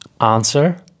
Answer